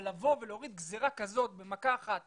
אבל לבוא ולהוריד במכה אחת גזירה כזאת שבועיים